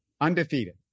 undefeated